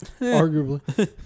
Arguably